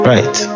Right